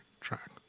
track